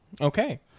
Okay